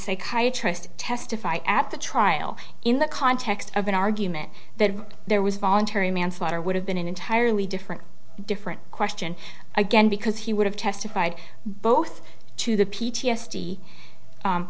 psychiatrist testify at the trial in the context of an argument that there was voluntary manslaughter would have been an entirely different different question again because he would have testified both to the p